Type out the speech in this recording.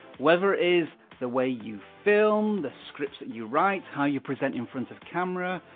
whether is the way you film, the scripts that you write, how you present inference of camera,